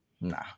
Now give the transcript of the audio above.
nah